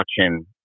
watching